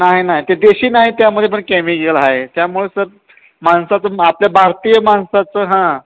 नाही नाही ते देशी नाही त्यामध्ये पण केमिकल आहे त्यामुळे सर माणसाचं आपल्या भारतीय माणसाचं हां